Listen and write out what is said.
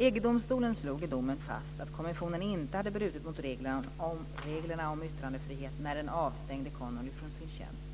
EG-domstolen slog i domen fast att kommissionen inte hade brutit mot reglerna om yttrandefrihet när den avstängde Connolly från sin tjänst